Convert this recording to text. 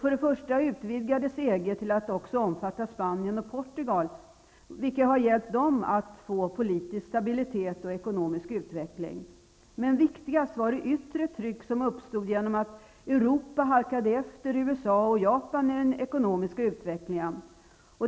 För det första utvidgades EG till att även omfatta Spanien och Portugal, vilket har hjälpt dessa länder att erhålla politisk stabilitet och ekonomisk utveckling. Men viktigast var det yttre tryck som uppstod genom att Europa halkade efter USA och Japan i den ekonomiska utvecklingen.